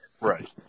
Right